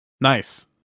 Nice